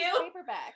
paperback